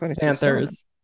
Panthers